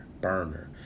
Burner